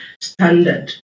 standard